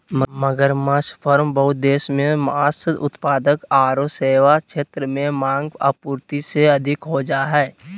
मगरमच्छ फार्म बहुत देश मे मांस उत्पाद आरो सेवा क्षेत्र में मांग, आपूर्ति से अधिक हो जा हई